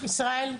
ישראל.